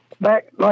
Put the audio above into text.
Back